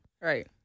Right